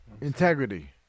Integrity